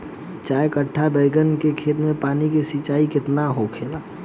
चार कट्ठा बैंगन के खेत में पानी के सिंचाई केतना होला?